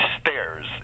stairs